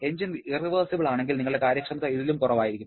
engine irreversible ആണെങ്കിൽ നിങ്ങളുടെ കാര്യക്ഷമത ഇതിലും കുറവായിരിക്കും